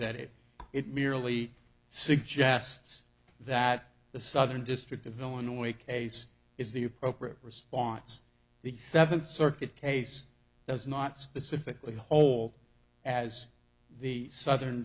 that it it merely suggests that the southern district of illinois case is the appropriate response the seventh circuit case does not specifically hold as the southern